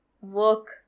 work